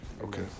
Okay